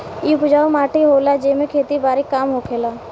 इ उपजाऊ माटी होला जेमे खेती बारी के काम होखेला